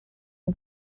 nhw